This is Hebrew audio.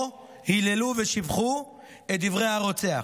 או היללו ושיבחו את דברי הרוצח.